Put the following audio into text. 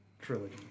trilogy